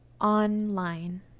online